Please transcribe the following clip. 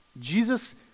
Jesus